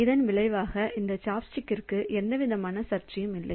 இதன் விளைவாக இந்த சாப்ஸ்டிக்கிற்கு எந்தவிதமான சர்ச்சையும் இல்லை